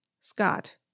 Scott